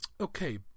Okay